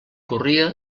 corria